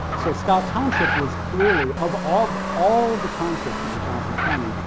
so, scott township was clearly, of of all the townships in johnson county,